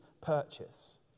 purchase